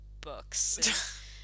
books